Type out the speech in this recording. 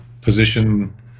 position